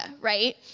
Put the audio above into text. right